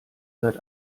seit